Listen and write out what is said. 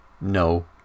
No